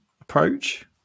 approach